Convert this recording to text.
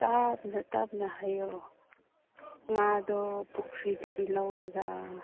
ꯇꯞꯅ ꯇꯞꯅ ꯍꯥꯏꯌꯣ ꯉꯥꯗꯣ ꯄꯨꯈ꯭ꯔꯤꯗꯒꯤ ꯂꯧꯔꯒ